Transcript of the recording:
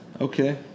Okay